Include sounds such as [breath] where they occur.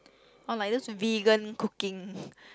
or like those vegan cooking [breath]